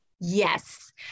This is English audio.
Yes